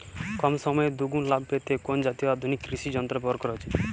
কম সময়ে দুগুন লাভ পেতে কোন জাতীয় আধুনিক কৃষি যন্ত্র ব্যবহার করা উচিৎ?